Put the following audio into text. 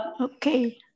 Okay